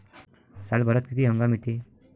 सालभरात किती हंगाम येते?